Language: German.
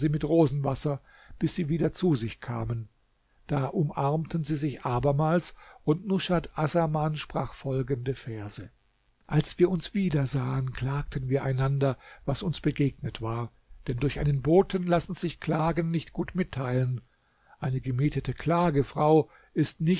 mit rosenwasser bis sie wieder zu sich kamen da umarmten sie sich abermals und nushat assaman sprach folgende verse als wir uns wiedersahen klagten wir einander was uns begegnet war denn durch einen boten lassen sich klagen nicht gut mitteilen eine gemietete klagefrau ist